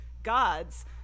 gods